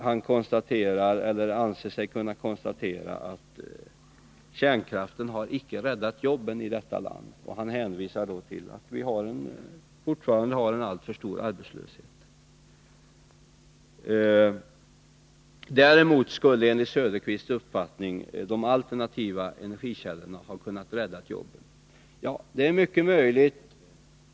Han anser sig kunna konstatera att kärnkraften icke har räddat jobben i detta land, och han hänvisar till att vi fortfarande har en alltför stor arbetslöshet. Däremot skulle, enligt Oswald Söderqvists uppfattning, de alternativa energikällorna ha kunnat rädda jobben. Ja, det är mycket möjligt.